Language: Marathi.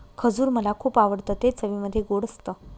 खजूर मला खुप आवडतं ते चवीमध्ये गोड असत